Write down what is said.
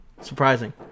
surprising